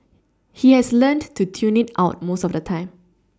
he has learnt to tune it out most of the time